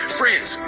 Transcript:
friends